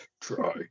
try